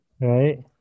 Right